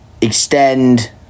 extend